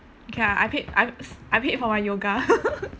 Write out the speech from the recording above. ya I paid I s~ I paid for my yoga